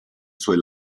suoi